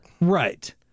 Right